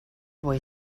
boy